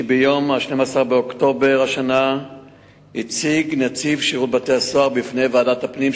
כי ביום 12 באוקטובר השנה הציג נציב שירות בתי-הסוהר בפני ועדת הפנים,